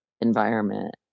environment